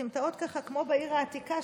אלה סמטאות כמו בעיר העתיקה,